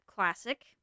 Classic